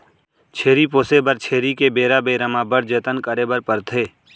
छेरी पोसे बर छेरी के बेरा बेरा म बड़ जतन करे बर परथे